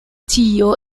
tio